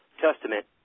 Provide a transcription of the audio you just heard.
testament